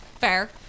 Fair